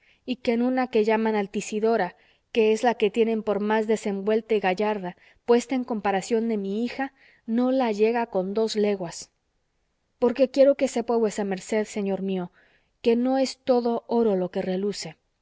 y que una que llaman altisidora que es la que tienen por más desenvuelta y gallarda puesta en comparación de mi hija no la llega con dos leguas porque quiero que sepa vuesa merced señor mío que no es todo oro lo que reluce